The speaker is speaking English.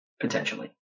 Potentially